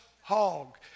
hog